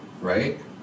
right